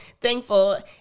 thankful